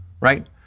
right